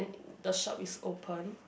the shop is open